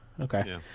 okay